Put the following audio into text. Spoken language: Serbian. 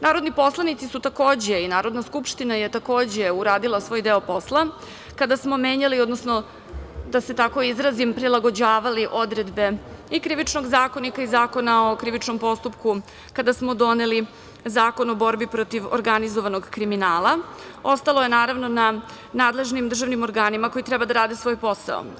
Narodni poslanici su takođe i Narodna skupština je takođe uradila svoj deo posla kada smo menjali, odnosno da se tako izrazim, prilagođavali odredbe i Krivičnog zakonika i Zakona o krivičnom postupku kada smo doneli Zakon u borbi protiv organizovanog kriminala, ostalo je naravno na nadležnim državnim organima koji treba da rade svoj posao.